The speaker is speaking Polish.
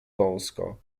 wąsko